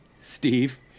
Steve